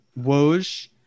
Woj